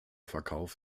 verkauf